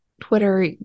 Twitter